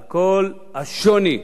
על כל השוני בגישה,